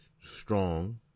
strong